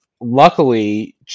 luckily